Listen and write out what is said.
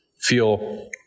feel